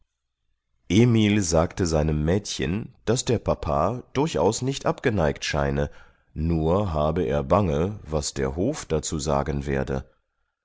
emil sagte seinem mädchen daß der papa durchaus nicht abgeneigt scheine nur habe er bange was der hof dazu sagen werde